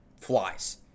flies